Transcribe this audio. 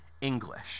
English